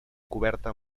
coberta